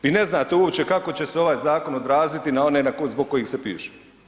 Vi ne znate uopće kako će se ovaj zakon odraziti na one zbog kojih se piše.